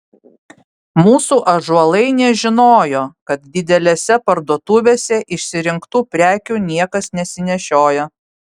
mūsų ąžuolai nežinojo kad didelėse parduotuvėse išsirinktų prekių niekas nesinešioja